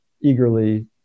eagerly